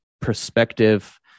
perspective